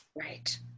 right